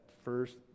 first